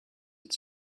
its